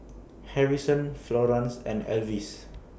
Harrison Florance and Avis